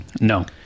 No